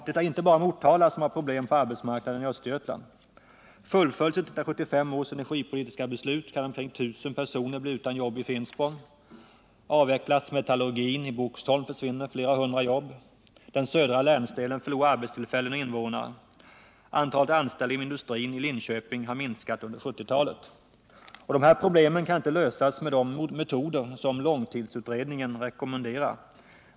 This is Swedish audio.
Det är inte bara Motala som har problem på arbetsmarknaden i Östergötland. Fullföljs inte 1975 års energipolitiska beslut kan omkring 1 000 personer bli utan jobb i Finspång. Avvecklas metallurgin i Boxholm försvinner flera hundra jobb. Den södra länsdelen förlorar arbetstillfällen och invånare. Antalet anställda inom industrin i Linköping har minskat under 1970 talet. De här problemen kan inte lösas med de metoder som långtidsutredningen rekommenderar.